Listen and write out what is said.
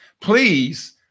please